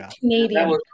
Canadian